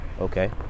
okay